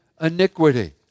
iniquity